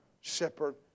shepherd